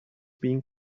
being